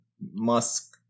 musk